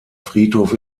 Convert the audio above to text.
friedhof